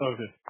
Okay